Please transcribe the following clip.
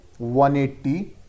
180